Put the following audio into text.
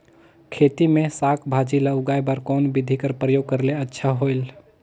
खेती मे साक भाजी ल उगाय बर कोन बिधी कर प्रयोग करले अच्छा होयल?